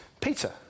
Peter